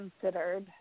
considered